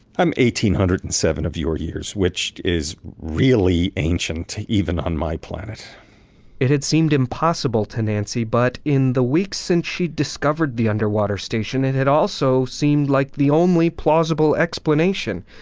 i'm eighteen hundred and seven of your years, which is really ancient even on my planet it had seemed impossible to, nancy, but in the weeks since she discovered the underwater station, it had also seemed like the only plausible explanation.